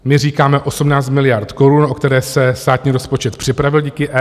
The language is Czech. My říkáme 18 miliard korun, o které se státní rozpočet připravil díky EET.